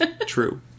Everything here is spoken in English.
True